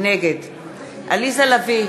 נגד עליזה לביא,